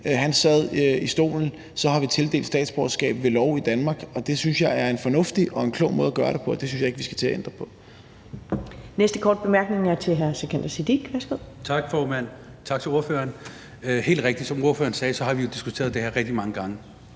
satte sig i stolen, har vi tildelt statsborgerskab ved lov i Danmark. Det synes jeg er en fornuftig og klog måde at gøre det på, og det synes jeg ikke vi skal til at ændre på.